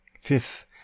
Fifth